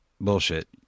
Bullshit